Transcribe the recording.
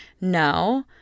no